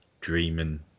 dreaming